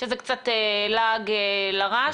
שזה לעג לרש.